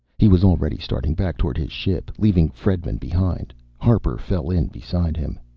he was already starting back toward his ship, leaving fredman behind. harper fell in beside him.